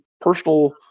personal